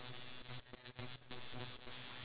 do you think they realise